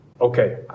okay